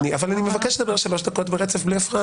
אני מבקש לדבר ברצף שלוש דקות בלי הפרעה.